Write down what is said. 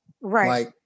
Right